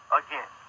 again